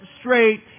straight